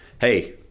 hey